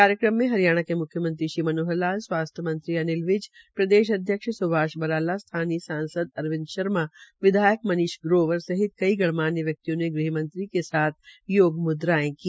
कार्यक्रम में हरियाणा के मुख्यमंत्री श्री मनोहर लाल स्वास्थ्य मंत्री अनिल विज प्रदेशाध्यक्ष सुभाष बराला स्थानीय सांसद अरविंद शर्मा विधायक मनीष ग्रोवर सहित कई गणमान्य व्यक्तियों ने गृहमंत्री के साथ योग मुद्रायें की